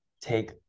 take